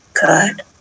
Good